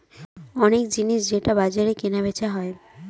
অনেক জিনিস যেটা বাজারে কেনা বেচা হয়